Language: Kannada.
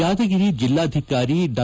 ಯಾದಗಿರಿ ಜಿಲ್ಲಾಧಿಕಾರಿ ಡಾ